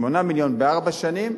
8 מיליון בארבע שנים,